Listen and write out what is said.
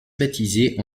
baptisé